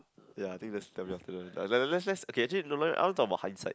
ya I think that's le~ le~ let's let's okay actually no I want to talk about hindsight